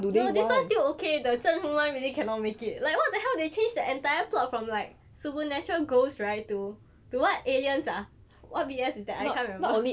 no this [one] still okay the 郑湖 [one] really cannot make it like what the hell they change the entire plot from like supernatural ghost right to to what aliens ah what B_S is that I cannot remember